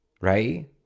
right